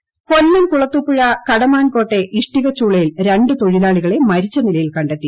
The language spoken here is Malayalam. മരണം കൊല്ലം കുളത്തൂപ്പുഴ കടമാൻകോട്ടെ ഇഷ്ടികച്ചൂളയിൽ രണ്ട് തൊഴിലാളികളെ മരിച്ച നിലയിൽ കണ്ടെത്തി